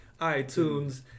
iTunes